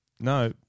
no